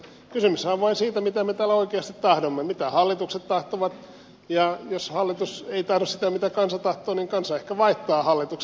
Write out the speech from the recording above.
kysymyshän on vain siitä mitä me täällä oikeasti tahdomme mitä hallitukset tahtovat ja jos hallitus ei tahdo sitä mitä kansa tahtoo niin kansa ehkä vaihtaa hallituksen